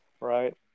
right